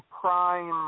prime